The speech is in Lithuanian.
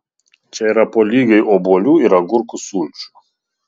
čia yra po lygiai obuolių ir agurkų sulčių